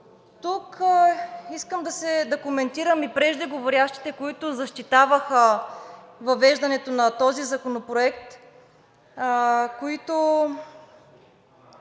Тук искам да коментирам и преждеговорившите, които защитаваха въвеждането на този законопроект, които